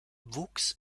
wuchs